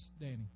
Danny